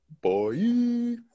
boy